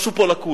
משהו פה לקוי,